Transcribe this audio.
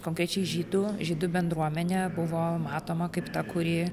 konkrečiai žydų žydų bendruomenė buvo matoma kaip ta kuri